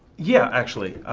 yeah, actually.